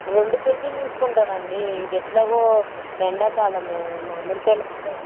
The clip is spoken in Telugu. రెండు కేజీలు తీసుకుంటాను అండి ఇది ఎట్లాగో ఎండాకాలం మామిడి కాయలు అంటే